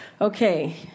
okay